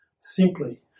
simply